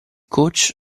coach